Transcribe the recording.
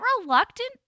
reluctant